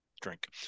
drink